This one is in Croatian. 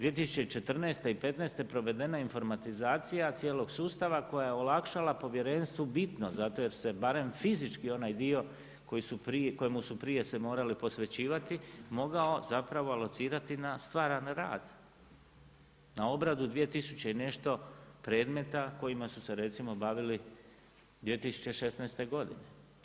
2014. i petnaeste provedena je informatizacija cijelog sustava koja je olakšala povjerenstvu bitno zato jer se barem fizički onaj dio kojemu su prije se morali posvećivati mogao zapravo alocirati na stvaran rad, na obradu dvije tisuće i nešto predmeta kojima su se recimo bavili 2016. godine.